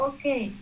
Okay